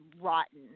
rotten